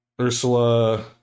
Ursula